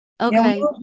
Okay